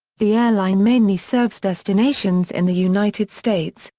the airline mainly serves destinations in the united states,